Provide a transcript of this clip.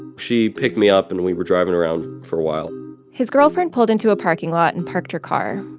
she picked me up, and we were driving around for a while his girlfriend pulled into a parking lot and parked her car.